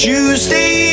Tuesday